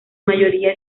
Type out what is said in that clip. mayoría